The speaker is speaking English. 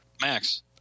Max